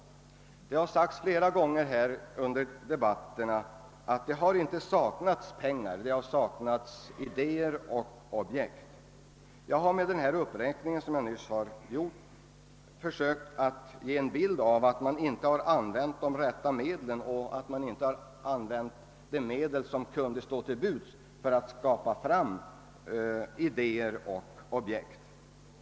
Under debatterna har flera gånger framhållits att det inte saknats pengar men väl idéer och objekt, och med den uppräkning som jag här gjort har jag försökt ge en bild av att man inte har använt de rätta medlen eller de medel som stått till buds för att främja idéer och skapa objekt.